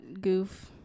goof